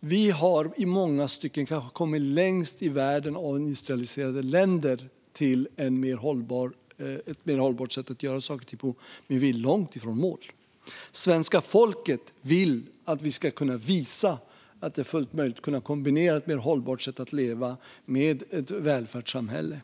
Vi har i många stycken kanske kommit längst i världen av industrialiserade länder med ett mer hållbart sätt att göra saker och ting på. Men vi är långt ifrån mål. Svenska folket vill att vi ska kunna visa att det är fullt möjligt att kunna kombinera ett mer hållbart sätt att leva med ett välfärdssamhälle.